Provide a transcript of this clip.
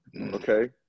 Okay